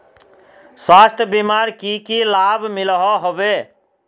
स्वास्थ्य बीमार की की लाभ मिलोहो होबे?